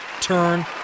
Turn